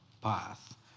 path